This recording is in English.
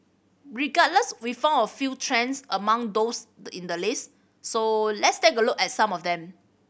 regardless we found a few trends among those in the list so let's take a look at some of them